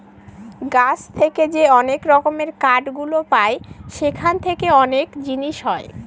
গাছ থেকে যে অনেক রকমের কাঠ গুলো পায় সেখান থেকে অনেক জিনিস হয়